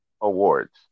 awards